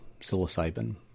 psilocybin